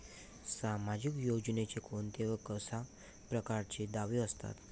सामाजिक योजनेचे कोंते व कशा परकारचे दावे असतात?